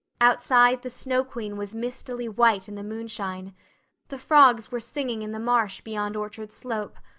outside the snow queen was mistily white in the moonshine the frogs were singing in the marsh beyond orchard slope.